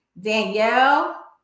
Danielle